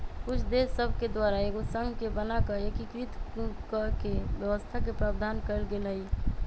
कुछ देश सभके द्वारा एगो संघ के बना कऽ एकीकृत कऽकेँ व्यवस्था के प्रावधान कएल गेल हइ